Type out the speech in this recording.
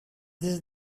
this